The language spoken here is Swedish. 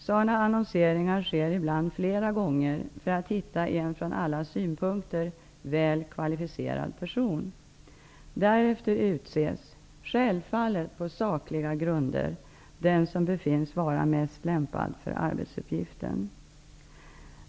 Sådana annonseringar sker ibland flera gånger för att hitta en från alla synpunkter väl kvalificerad person. Därefter utses -- självfallet på sakliga grunder - den som befinns vara mest lämpad för arbetsuppgiften.